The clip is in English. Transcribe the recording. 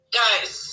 guys